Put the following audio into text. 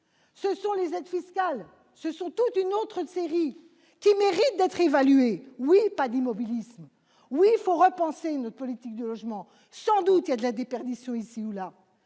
Ce sont les aides fiscales, toute une autre série d'aides qui méritent d'être évaluées. Oui, pas d'immobilisme ! Oui, il faut repenser une autre politique du logement ! Sans doute y a-t-il de la déperdition ici ou là